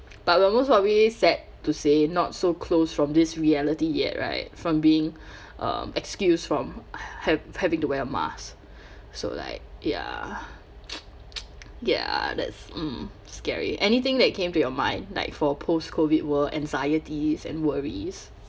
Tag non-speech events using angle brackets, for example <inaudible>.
but we're most probably sad to say not so close from this reality yet right from being <breath> um excused from <breath> ha~ having to wear mask so like ya <noise> ya that's mm scary anything that came to your mind like for post COVID world anxieties and worries